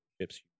ships